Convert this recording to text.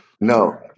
no